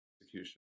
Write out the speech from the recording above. execution